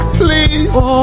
please